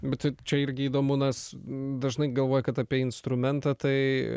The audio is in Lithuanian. bet tai čia irgi įdomu nas dažnai galvoji kad apie instrumentą tai